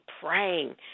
praying